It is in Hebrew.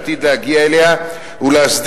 שעתיד להגיע אליה ולהסדיר,